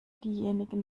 diejenigen